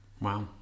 Wow